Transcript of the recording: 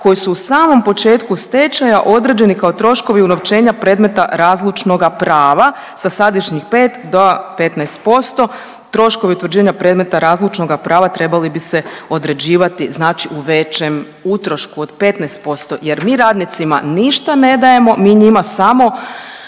koji su u samom početku stečajeva određeni kao troškovi unovčenja predmeta razlučnoga prava sa sadašnjih 5 do 15%. Troškovi utvrđenja predmeta razlučnoga prava trebali bi se određivati u većem utrošku od 15% jer mi radnicima ništa ne dajemo, mi njima samo